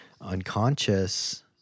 unconscious